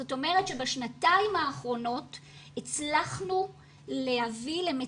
זאת אומרת שבשנתיים האחרונות הצלחנו להביא למציאות,